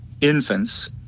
infants